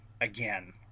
again